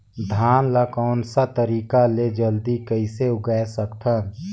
धान ला कोन सा तरीका ले जल्दी कइसे उगाय सकथन?